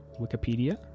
Wikipedia